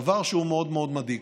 דבר שהוא מאוד מאוד מדאיג.